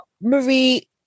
Marie